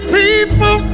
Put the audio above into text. people